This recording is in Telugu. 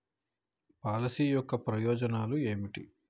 పాలసీ యొక్క ప్రయోజనాలు ఏమిటి?